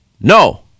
No